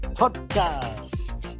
podcast